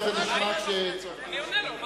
אני עונה לו.